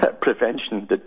Prevention